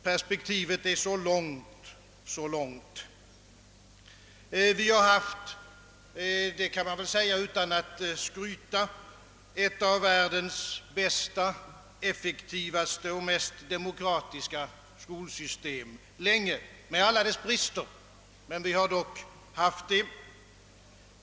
Perspektivet är så långt. Vi har kan man väl säga utan att skryta länge haft ett av världens bästa, effektivaste och mest demokratiska skolsystem — låt vara med vissa brister.